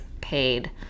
paid